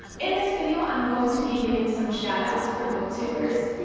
in this video i'm going to be giving some shout-outs for booktubers,